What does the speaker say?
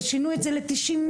ושינו את זה ל- 90%,